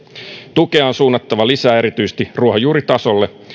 tukea on suunnattava lisää erityisesti ruohonjuuritasolle